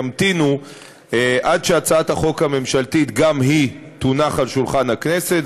ימתינו עד שהצעת החוק הממשלתית גם היא תונח על שולחן הכנסת,